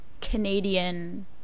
canadian